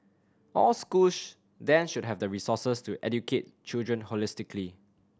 all schools then should have the resources to educate children holistically